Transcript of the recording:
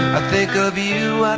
think of you